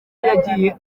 yagiye